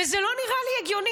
וזה לא נראה לי הגיוני.